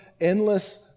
endless